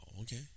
Okay